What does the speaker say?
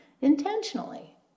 Intentionally